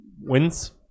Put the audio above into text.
wins